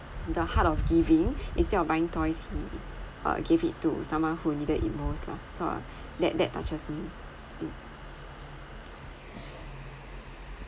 the heart of giving instead of buying toys he uh gave it to someone who needed it most lah so that that touches me mm